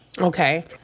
Okay